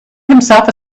himself